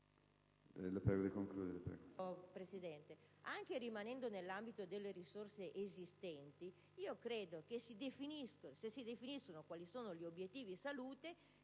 Paese. Anche rimanendo nell'ambito delle risorse esistenti, credo infatti che, se si definissero quali sono gli obiettivi-salute,